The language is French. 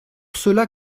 cela